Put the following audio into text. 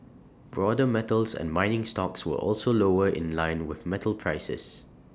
broader metals and mining stocks were also lower in line with metal prices